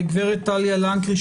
גב' טליה לנקרי,